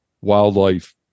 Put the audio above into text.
wildlife